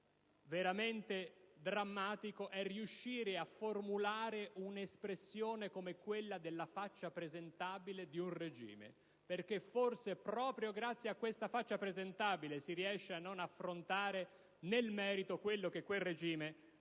veramente drammatico è riuscire a formulare un'espressione come quella della faccia presentabile di un regime perché forse, proprio grazie a questa faccia presentabile, si riesce a non affrontare nel merito ciò che quel regime ha